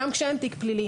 גם כשאין תיק פלילי.